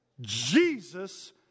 Jesus